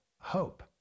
hope